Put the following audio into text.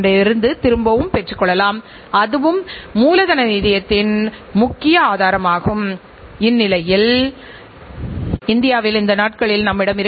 எனவே நீங்கள் நிர்வாக கட்டுப்பாட்டு அமைப்பைப் பற்றி பேசும்போது இந்த ஸ்லைடு காட்சிப் புலம் மிக முக்கியமானது